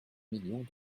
millions